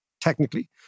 technically